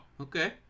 Okay